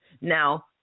Now